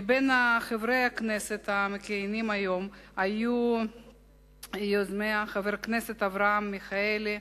מחברי הכנסת המכהנים היום היו יוזמיה חברי הכנסת אברהם מיכאלי,